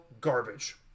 garbage